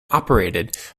operated